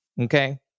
Okay